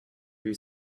drew